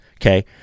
okay